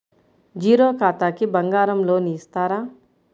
Zero ఖాతాకి బంగారం loan ఇస్తారా?